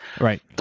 Right